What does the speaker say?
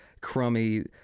crummy